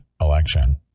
election